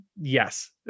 yes